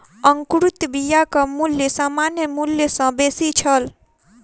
अंकुरित बियाक मूल्य सामान्य मूल्य सॅ बेसी छल